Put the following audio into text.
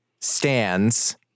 stands